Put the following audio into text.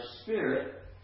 spirit